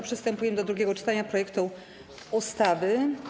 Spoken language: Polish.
Przystępujemy do drugiego czytania projektu ustawy.